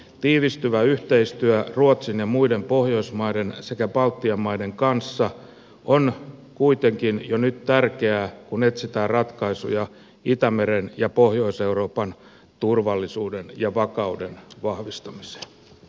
tiivistyvä yhteistyö ruotsin ja muiden pohjoismaiden sekä baltian maiden kanssa on kuitenkin jo nyt tärkeää kun etsitään ratkaisuja itämeren ja pohjois euroopan turvallisuuden ja vakauden vahvistamiseen